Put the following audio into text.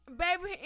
baby